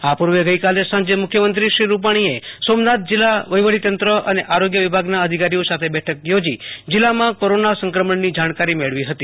આ પૂર્વે ગઈકાલે સાજે મુખ્યમત્રી શ્રો રૂપાણીએ સોમનાથ જિલ્લા વહીવટી તંત્ર અને આરોગ્ય વિભાગના અધિકારીઓ સાથે બેઠક યોજી જિલ્લામા કોરોના સંક્રમણની જાણકારી મેળવી હતી